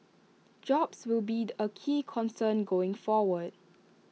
jobs will be A key concern going forward